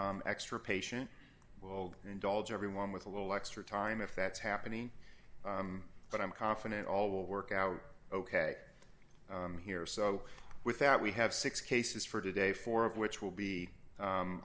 be extra patient will indulge everyone with a little extra time if that's happening but i'm confident all will work out ok here so with that we have six cases for today four of which will be